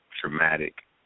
traumatic